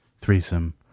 threesome